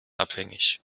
abhängig